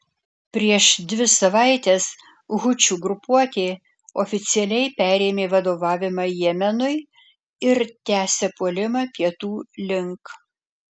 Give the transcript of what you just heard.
prieš dvi savaites hučių grupuotė oficialiai perėmė vadovavimą jemenui ir tęsia puolimą pietų link